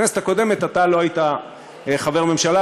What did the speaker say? בכנסת הקודמת אתה לא היית חבר ממשלה,